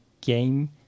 game